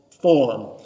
form